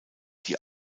die